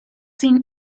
seen